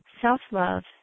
self-love